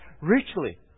richly